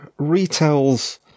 retells